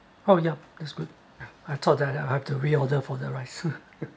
oh yeah that's good I thought that I have to reorder for the rice